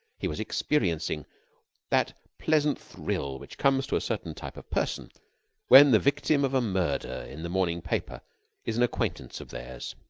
he was experiencing that pleasant thrill which comes to a certain type of person when the victim of a murder in the morning paper is an acquaintance of theirs.